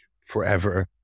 forever